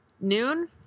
noon